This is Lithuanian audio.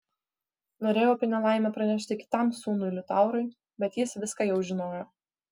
norėjau apie nelaimę pranešti kitam sūnui liutaurui bet jis viską jau žinojo